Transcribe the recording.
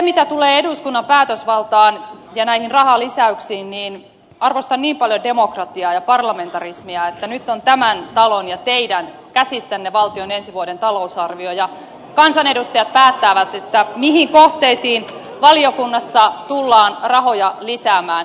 mitä tulee eduskunnan päätösvaltaan ja näihin rahalisäyksiin arvostan niin paljon demokratiaa ja parlamentarismia että nyt on tämän talon ja teidän käsissänne valtion ensi vuoden talousarvio ja kansanedustajat päättävät mihin kohteisiin valiokunnassa tullaan rahoja lisäämään